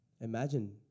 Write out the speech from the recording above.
Imagine